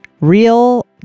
Real